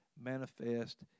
manifest